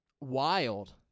wild